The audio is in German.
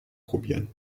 probieren